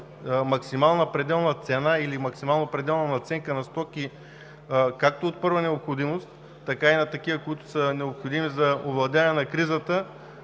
максимална пределна цена или максимално пределна надценка на стоки както от първа необходимост, така и на такива, които са необходими за овладяване на кризата,